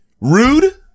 Rude